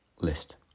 list